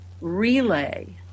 relay